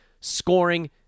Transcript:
scoring